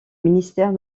ministère